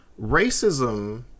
racism